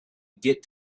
get